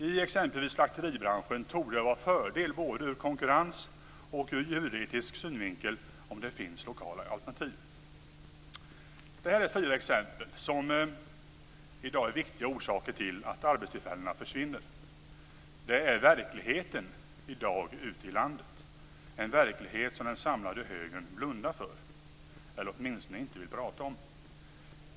I exempelvis slakteribranschen torde det vara en fördel både ur konkurrenssynvinkel och ur djuretisk synvinkel om det finns lokala alternativ. Detta är fyra exempel som i dag är viktiga orsaker till att arbetstillfällen försvinner. Det är verkligheten i dag ute i landet - en verklighet som den samlade högern blundar för eller åtminstone inte vill prata om.